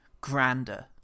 grander